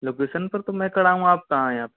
location पर तो मैं खड़ा हूँ आप कहाँ है यहाँ